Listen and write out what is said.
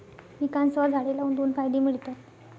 पिकांसह झाडे लावून दोन फायदे मिळतात